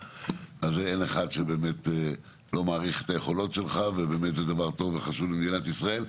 אין אחד שלא מעריך את היכולות שלך וזה דבר טוב וחשוב למדינת ישראל.